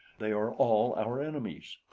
they are all our enemies.